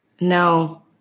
No